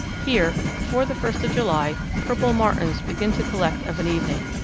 here, before the first of july, purple martins begin to collect of an evening.